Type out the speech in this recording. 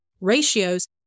ratios